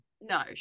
No